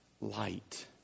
light